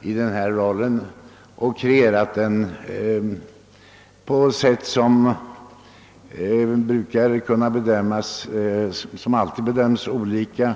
i den rollen tidigare och kreerat den på ett sätt som har bedömts och måste bedömas olika.